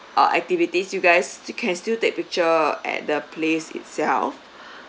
uh activities you guys sti~ can still take picture at the place itself